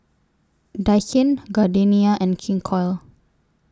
Daikin Gardenia and King Koil